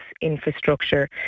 infrastructure